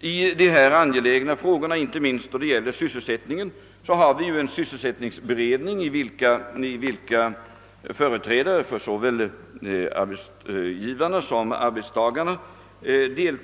i dessa angelägna frågor — inte minst då det gäller sysselsättningen — har vi ju en sysselsättningsberedning, i vilken företrädare för såväl arbetsgivarna som arbetstagarna ingår.